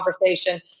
conversation